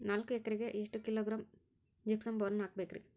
ನಾಲ್ಕು ಎಕರೆಕ್ಕ ಎಷ್ಟು ಕಿಲೋಗ್ರಾಂ ಜಿಪ್ಸಮ್ ಬೋರಾನ್ ಹಾಕಬೇಕು ರಿ?